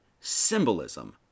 symbolism